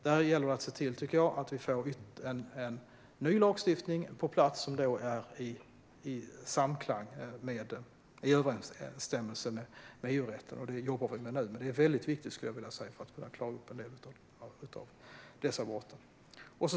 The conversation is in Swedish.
Där gäller det att se till att vi får ny lagstiftning på plats som är i samklang och överensstämmelse med EU-rätten, och det jobbar vi med nu. Det är väldigt viktigt för att kunna klara upp en del av dessa brott.